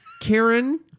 Karen